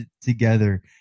together